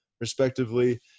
respectively